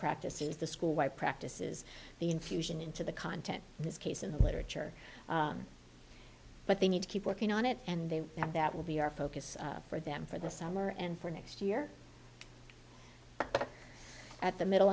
practices the school y practices the infusion into the content in this case in the literature but they need to keep working on it and they think that will be our focus for them for the summer and for next year at the middle